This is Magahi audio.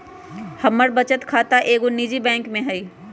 हमर बचत खता एगो निजी बैंक में हइ